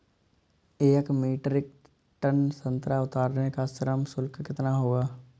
एक metric tonne संतरा उतारने का श्रम शुल्क कितना होगा?